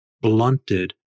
blunted